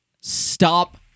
stop